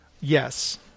Yes